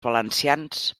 valencians